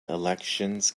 elections